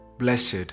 Blessed